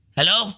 Hello